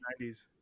90s